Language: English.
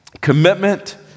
commitment